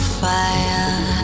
fire